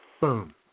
boom